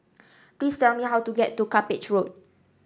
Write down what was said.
please tell me how to get to Cuppage Road